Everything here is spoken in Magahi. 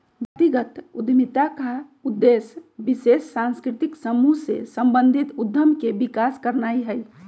जातिगत उद्यमिता का उद्देश्य विशेष सांस्कृतिक समूह से संबंधित उद्यम के विकास करनाई हई